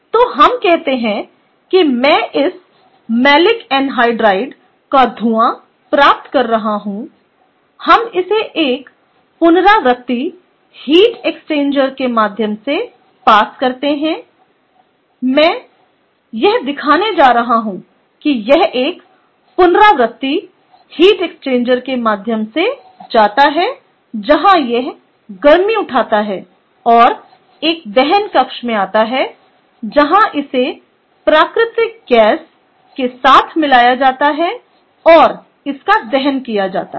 तो हम कहते हैं कि मैं इस मैलिक एनहाइड्राइड का धूआं प्राप्त कर रहा हूं हम इसे एक पुनरावर्ती हीट एक्सचेंजर के माध्यम से पास करते हैं मैं यह दिखाने जा रहा हूं कि यह एक पुनरावर्ती हीट एक्सचेंजर के माध्यम से जाता है जहां यह गर्मी उठाता है और एक दहन कक्ष में आता है जहां इसे प्राकृतिक गैस के साथ मिलाया जाता है और इसका दहन किया जाता है